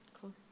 Cool